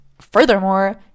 furthermore